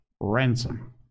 ransom